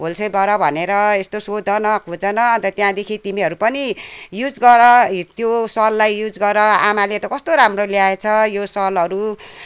होलसेलबाट भनेर यस्तो सोध न खोज न अन्त त्यहाँदेखि तिमीहरू पनि युज गर त्यो सललाई युज गर आमाले त कस्तो राम्रो ल्याएछ यो सलहरू